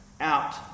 out